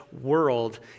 world